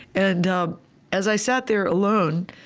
and as i sat there alone,